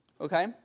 okay